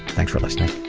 thanks for listening